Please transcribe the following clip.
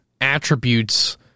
attributes